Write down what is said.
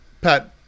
Pat